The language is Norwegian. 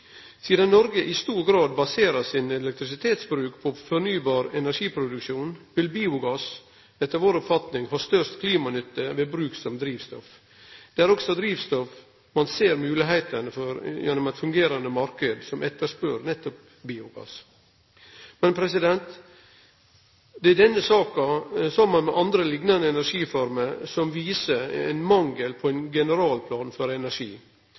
Sidan Noreg i stor grad baserer elektrisitetsbruken sin på fornybar energiproduksjon, vil biogass etter vår oppfatning ha størst klimanytte ved bruk som drivstoff. Det er også som drivstoff ein ser moglegheitene gjennom ein fungerande marknad som etterspør nettopp biogass. Men det denne saka – saman med andre liknande energiformer – viser, er ein mangel på ein generalplan for energi.